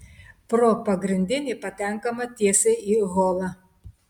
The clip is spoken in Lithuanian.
pro pagrindinį patenkama tiesiai į holą